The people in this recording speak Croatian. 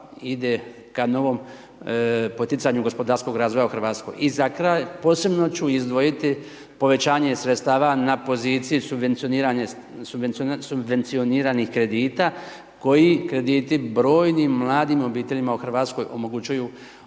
ide ka novom poticanju gospodarskom razvoja u Hrvatskoj. I za kraj, posebno ću izdvojiti povećanje sredstava na poziciju subvencioniranih kredita, koji krediti brojnim mladim obiteljima u Hrvatskoj omogućuju